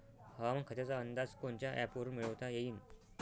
हवामान खात्याचा अंदाज कोनच्या ॲपवरुन मिळवता येईन?